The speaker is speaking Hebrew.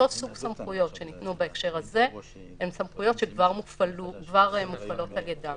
אותו סוג סמכויות שניתנו בהקשר הזה הן סמכויות שכבר מופעלות על ידם.